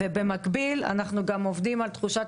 במקביל אנחנו עובדים גם על תחושת